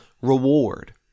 reward